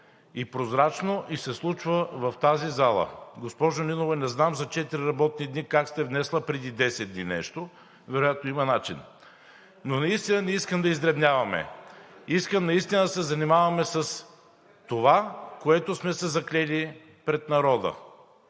и прозрачно и се случва в тази зала. Госпожо Нинова, не знам за четири работни дни как сте внесли преди 10 дни нещо, вероятно има начин. Но наистина не искам да издребняваме. Искам наистина да се занимаваме с това, за което сме се заклели пред народа,